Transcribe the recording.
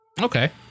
Okay